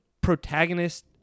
protagonist